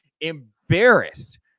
embarrassed